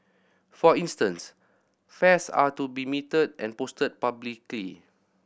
for instance fares are to be metered and posted publicly